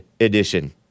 Edition